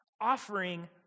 Offering